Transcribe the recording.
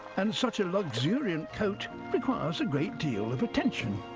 and such a luxuriant coat requires a great deal of attention.